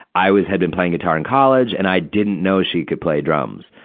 i was, had been playing guitar in college, and i didn't know she could play drums.